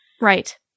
Right